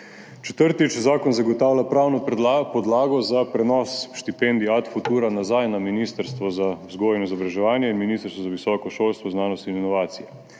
Četrtič, zakon zagotavlja pravno podlago za prenos štipendij Ad futura nazaj na Ministrstvo za vzgojo in izobraževanje in Ministrstvo za visoko šolstvo, znanost in inovacije.